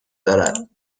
دارد